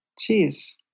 Jeez